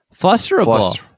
Flusterable